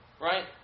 right